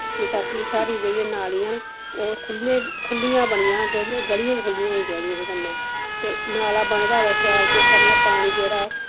ते ताकि साढ़ी जेह्ड़ियां नालिआं न ओह् खुल्ले खुलिआं बनी जान ते गलिआं बी खुल्लियां होनी चाहिदिआं उदे कन्नै ते नाला बने दे होऐ शैल ते सबनै पानी जेह्ड़ा